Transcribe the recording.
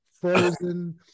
frozen